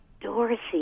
Dorothy